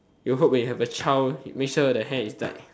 you hope when you have a child make sure the hair is dyed